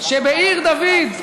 שבעיר דוד,